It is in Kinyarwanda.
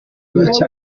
n’iki